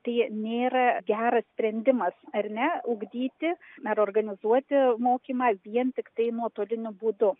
tai nėra geras sprendimas ar ne ugdyti ar organizuoti mokymą vien tiktai nuotoliniu būdu